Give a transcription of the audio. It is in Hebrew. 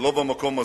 במקום הזה.